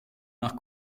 nach